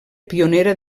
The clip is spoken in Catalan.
pionera